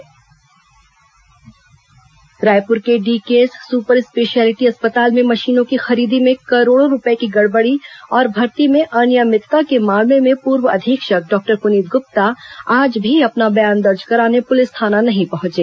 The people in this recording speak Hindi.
पुनीत गुप्ता बयान रायपुर के डीकेएस सुपर स्पेशलिटी अस्पताल में मशीनों की खरीदी में करोड़ों रूपये की गड़गड़ी और भर्ती में अनियमितता के मामले में पूर्व अधीक्षक डॉक्टर पुनीत गुप्ता आज भी अपना बयान दर्ज कराने पुलिस थाना नहीं पहुंचे